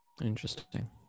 Interesting